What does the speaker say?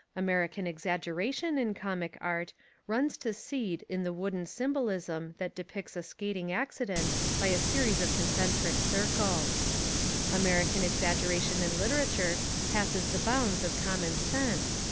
american exaggera tion in comic art runs to seed in the wooden symbolism that depicts a skating accident by a series of concentric circles american exaggera tion in literature passes the bounds of common sense,